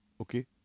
Okay